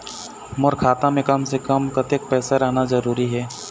मोर खाता मे कम से से कम कतेक पैसा रहना जरूरी हे?